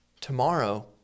Tomorrow